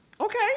Okay